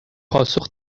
پاسخ